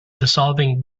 dissolving